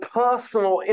personal